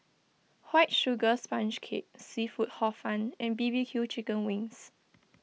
White Sugar Sponge Cake Seafood Hor Fun and B B Q Chicken Wings